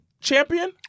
champion